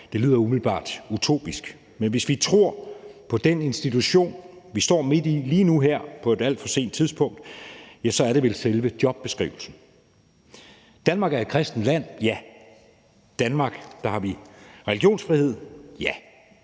lyder umiddelbart utopisk. Men hvis vi tror på den institution, vi står midt i lige nu og her på et alt for sent tidspunkt, er det vel selve jobbeskrivelsen. Danmark er et kristent land – ja. I Danmark har vi religionsfrihed – ja.